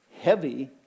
heavy